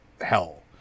hell